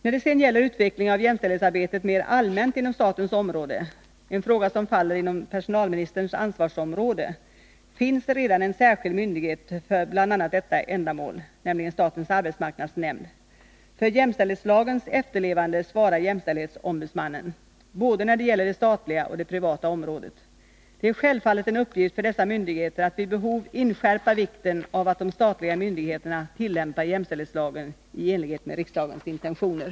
När det sedan gäller utvecklingen av jämställdhetsarbetet mer allmänt inom statens område — en fråga som faller inom personalministerns ansvarsområde — finns redan en särskild myndighet för bl.a. detta ändamål, nämligen statens arbetsmarknadsnämnd. För jämställdhetslagens efterlevande svarar jämställdhetsombudsmannen, när det gäller både det statliga och det privata området. Det är självfallet en uppgift för dessa myndigheter att vid behov inskärpa vikten av att de statliga myndigheterna tillämpar jämställdhetslagen i enlighet med riksdagens intentioner.